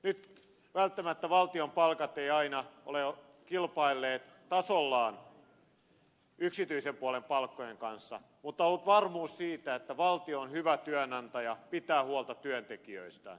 nyt välttämättä valtion palkat eivät aina ole kilpailleet tasollaan yksityisen puolen palkkojen kanssa mutta on ollut varmuus siitä että valtio on hyvä työnantaja pitää huolta työntekijöistään